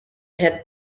had